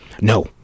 No